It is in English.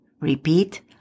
Repeat